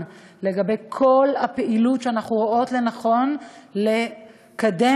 לגבי כל פעילות שאנחנו רואות לנכון לקדם,